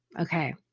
okay